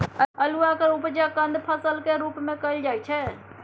अल्हुआक उपजा कंद फसल केर रूप मे कएल जाइ छै